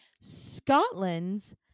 Scotland's